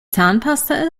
zahnpasta